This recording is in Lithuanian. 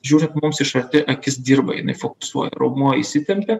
žiūrint mums iš arti akis dirba jinai fiksuoja raumuo įsitempia